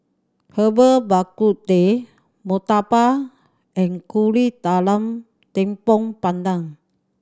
Herbal Bak Ku Teh murtabak and Kuih Talam Tepong Pandan